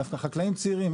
דווקא חקלאים צעירים,